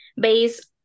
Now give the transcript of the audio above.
based